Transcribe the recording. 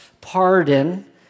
pardon